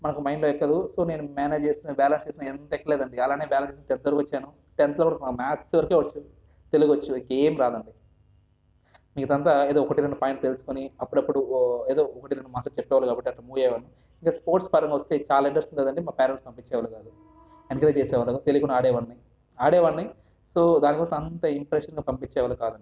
మనకి మైండ్లోకి ఎక్కదు సో నేను మేనేజ్ చేస్తూ బ్యాలెన్స్ చేస్తా ఎంత ఎక్కలేదండి అలానే బ్యాలెన్స్ చేస్తా వచ్చాను టెన్త్లో కూడా మ్యాథ్స్ వరకే వచ్చు తెలుగు వచ్చు ఇంకా ఏం రాదు అండి మిగతా అంతా ఏదో ఒకటి రెండు పాయింట్స్ తెలుసుకొని అప్పుడప్పుడు ఏదో ఒకటి రెండు మాటలు చెప్పేవారు కాబట్టి అట్ల మూవ్ అయ్యేవాడిని ఇంకా స్పోర్ట్స్ పరంగా వస్తే ఇంకా చాలా ఇంట్రెస్ట్ లేదండి మా పేరెంట్స్ పంపించేవాళ్ళు కాదు చేసేవాళ్ళు తెలియకుండా ఆడేవాడిని ఆడేవాడ్ని సో దానికోసం అంత ఇంప్రెషన్గా పంపించే వాళ్ళు కాదు అండి